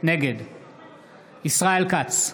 נגד ישראל כץ,